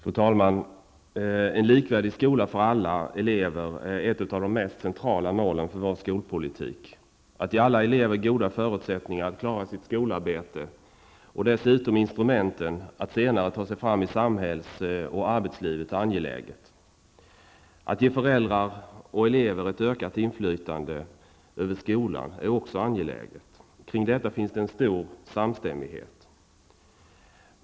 Fru talman! En likvärdig skola för alla elever är ett av de mest centrala målen för vår skolpolitik. Att ge alla elever goda förutsättningar att klara sitt skolarbete och dessutom instrumenten att senare ta sig fram i samhälls och arbetslivet är angeläget. Att ge föräldrar och elever ett ökat inflytande över skolan är också angeläget. Kring detta finns en stor samstämmighet.